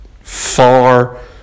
Far